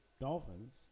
Dolphins